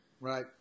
Right